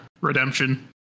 Redemption